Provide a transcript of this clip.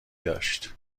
داشت